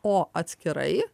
o atskirai